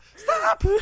Stop